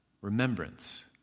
Remembrance